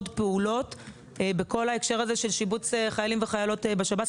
פעולות בכל ההקשר הזה של שיבוץ חיילים וחיילות בשב"ס.